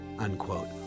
unquote